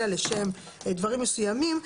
אלא לשם דברים מסוימים.